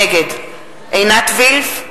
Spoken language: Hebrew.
נגד עינת וילף,